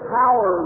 power